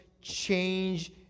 change